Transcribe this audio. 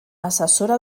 assessora